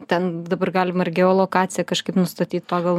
ten dabar galima ir geolokaciją kažkaip nustatyt pagal